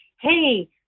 Hey